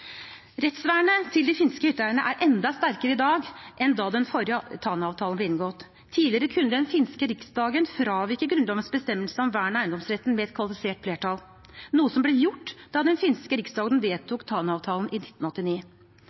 finske grunnloven. De finske hytteeiernes rettighetsvern er enda sterkere i dag enn da den forrige Tana-avtalen ble inngått. Tidligere kunne den finske riksdagen fravike grunnlovens bestemmelser om vern av eiendomsretten med kvalifisert flertall, noe som ble gjort da den finske riksdagen vedtok den gamle Tana-avtalen i 1989.